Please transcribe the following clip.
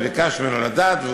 וביקשתי ממנו לדעת,